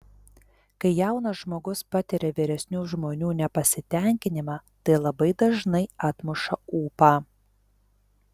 kai jaunas žmogus patiria vyresnių žmonių nepasitenkinimą tai labai dažnai atmuša ūpą